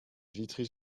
vitry